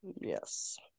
Yes